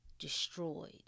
destroyed